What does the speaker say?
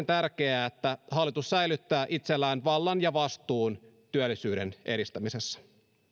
tärkeää että hallitus säilyttää itsellään vallan ja vastuun työllisyyden edistämisessä